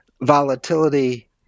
volatility